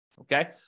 okay